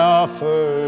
offer